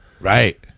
Right